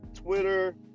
Twitter